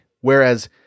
Whereas